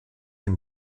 ihm